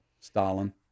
Stalin